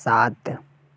सात